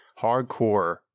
hardcore